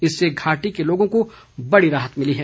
इससे घाटी के लोगों को बड़ी राहत मिली है